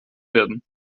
werden